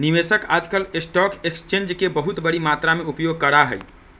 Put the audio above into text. निवेशक आजकल stock exchange के बहुत बडी मात्रा में उपयोग करा हई